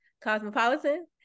Cosmopolitan